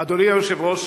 אדוני היושב-ראש,